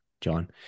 john